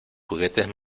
juguetes